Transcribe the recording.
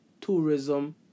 tourism